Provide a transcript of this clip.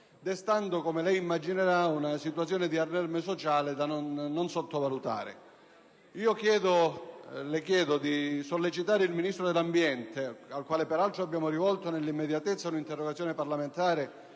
destando, come lei immaginerà, una situazione di allarme sociale da non sottovalutare. Le chiedo di sollecitare il Ministro dell'ambiente, al quale peraltro nell'immediatezza abbiamo rivolto un'interrogazione parlamentare